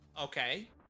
Okay